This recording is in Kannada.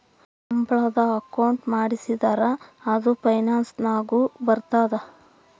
ಸಂಬಳದ ಅಕೌಂಟ್ ಮಾಡಿಸಿದರ ಅದು ಪೆನ್ಸನ್ ಗು ಬರ್ತದ